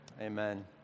amen